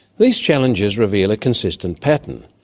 these challenges reveal a consistent pattern.